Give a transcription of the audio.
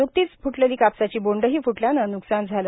न्कतीच फ्टलेली कापसाची बोंडेही फुटल्याने नुकसान झाले